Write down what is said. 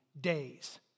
days